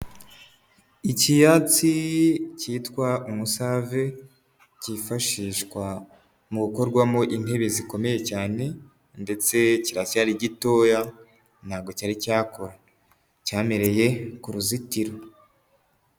Icyatsi cyitwa umusave, kifashishwa mu gukorwamo intebe zikomeye cyane ndetse kiracyari gitoya, ntabwo cyari cyakura cyamereye ku ruzitiro.